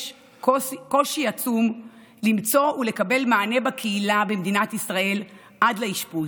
יש קושי עצום למצוא ולקבל מענה בקהילה במדינת ישראל עד לאשפוז,